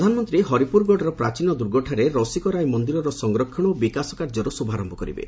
ପ୍ରଧାନମନ୍ତ୍ରୀ ହରିପୁରଗଡ଼ର ପ୍ରଚୀନ ଦୁର୍ଗଠାରେ ରସିକରାୟ ମନ୍ଦିରର ସଂରକ୍ଷଣ ଓ ବିକାଶ କାର୍ଯ୍ୟର ଶୁଭାରମ୍ଭ କରିବେ